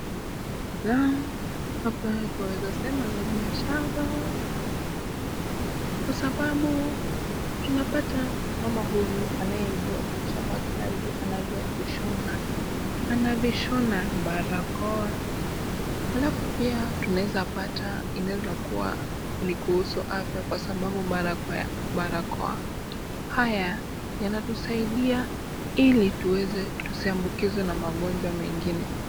Naam! Hapa twaweza sema ni biashara kwa sababu tunapata mama huyu anayejua kuchapa kazi anajua kushona . Anavishona barakoa. Halafu pia tunaweza pata inawezakuwa ni kuhusu afya kwa sababu barakoa haya yanatusaidia ili tusiambukizwe na magonjwa mengine.